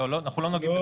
אנחנו לא נוגעים בזה.